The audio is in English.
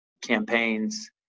campaigns